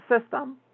system